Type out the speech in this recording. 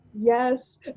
yes